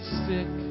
sick